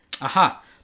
Aha